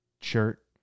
shirt